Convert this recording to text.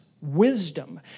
Wisdom